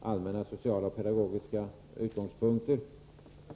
allmänna sociala och pedagogiska utgångspunkter.